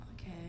Okay